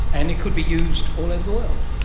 and it could be used all over the world.